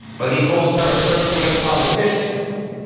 but he called her a third rate politician.